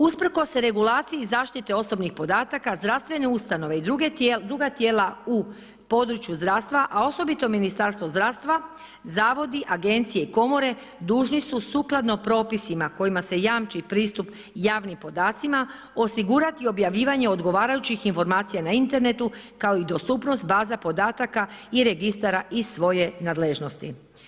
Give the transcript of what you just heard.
Usprkos regulaciji, zaštiti osobne podataka, zdravstvene ustanove i druga tijela u području zdravstva a osobito ministarstvo zdravstva, zavodi, agenciji, komore, dužni su sukladno propisima, kojima se jamči pristup javnim podacima, osigurati objavljivanje odgovarajućih informacija na internetu, kao i dostupnost baza podataka i registara iz svoje nadležnosti.